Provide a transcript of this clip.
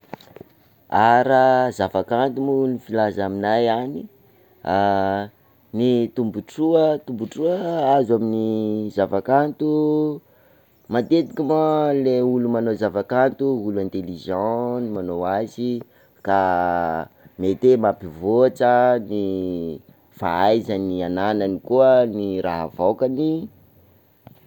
Art, zavakanto filaza aminay any, ny tombontsoa- tombontsoa azo amin'ny zavakanto, matetiky ma le olo manao zavakanto, olo intelligent no manao azy, ka mety hoe mampivoatra ny fahaizany ananany koa ny raha avoakany.